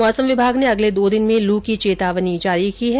मौसम विभाग ने अगले दो दिन में लू की चेतावनी जारी की है